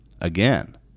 again